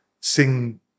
sing